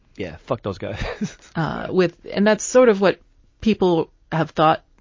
yeah. fuck those guys with and that's sort of what people have thought.